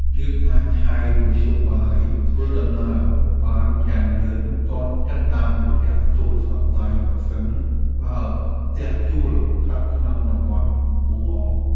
យើងអាចហៅមធ្យោបាយធ្វើដំណើរបានយ៉ាងលឿនទាន់ចិត្តតាមរយៈទូរស័ព្ទដៃប្រសិនបើផ្ទះជួលស្ថិតក្នុងតំបន់អ៊ូអរ។